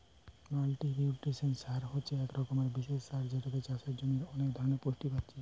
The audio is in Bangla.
মাল্টিনিউট্রিয়েন্ট সার হচ্ছে এক রকমের বিশেষ সার যেটাতে চাষের জমির অনেক ধরণের পুষ্টি পাচ্ছে